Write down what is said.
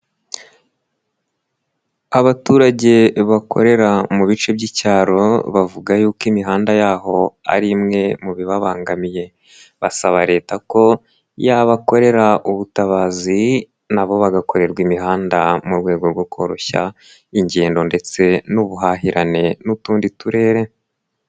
Abaturage bakorera mu bice by'icyaro, bavuga yuko imihanda yaho ari imwe mu bibabangamiye. Basaba Leta ko yabakorera ubutabazi, nabo bagakorerwa imihanda mu rwego rwo koroshya ingendo ndetse n'ubuhahirane n'utundi turere.